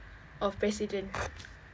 of president